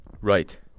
Right